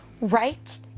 right